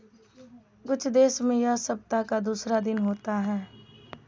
कुछ देश में यह सप्ताह का दूसरा दिन होता है